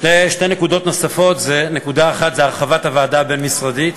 שתי נקודות נוספות, הרחבת הוועדה הבין-משרדית